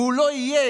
והוא לא יהיה